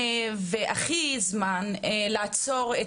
לעצור את